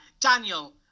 Daniel